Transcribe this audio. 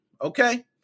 okay